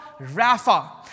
Rapha